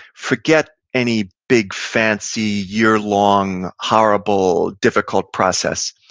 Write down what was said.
forget any big, fancy, year long, horrible, difficult process.